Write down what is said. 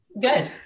Good